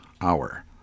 hour